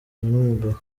n’umugabo